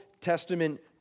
Testament